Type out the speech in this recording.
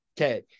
Okay